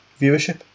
viewership